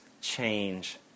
change